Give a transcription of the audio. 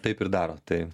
taip ir daro tai